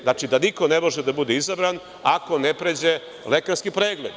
Znači, da niko ne može da bude izabran ako ne prođe lekarski pregled.